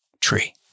tree